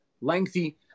lengthy